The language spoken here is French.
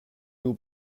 nous